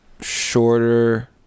shorter